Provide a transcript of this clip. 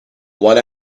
one